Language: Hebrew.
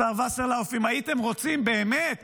השר וסרלאוף, אם הייתם רוצים באמת